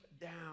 down